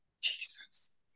Jesus